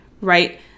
right